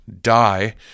die